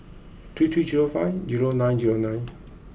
three three zero five zero nine zero nine